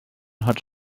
harde